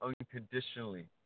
unconditionally